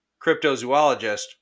cryptozoologist